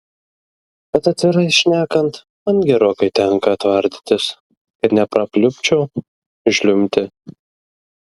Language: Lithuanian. bet atvirai šnekant man gerokai tenka tvardytis kad neprapliupčiau žliumbti